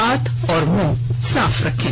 हाथ और मुंह साफ रखें